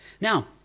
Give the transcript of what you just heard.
Now